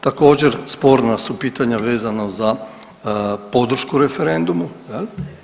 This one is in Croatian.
Također sporna su pitanja vezana za podršku referendumu je li.